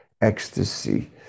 ecstasy